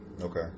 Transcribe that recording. Okay